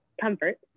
comfort